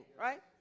right